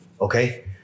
okay